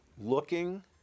looking